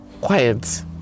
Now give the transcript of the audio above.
quiet